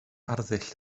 arddull